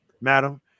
Madam